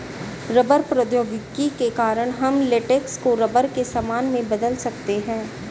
rubber प्रौद्योगिकी के कारण हम लेटेक्स को रबर के सामान में बदल सकते हैं